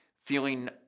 feeling